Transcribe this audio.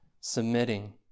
submitting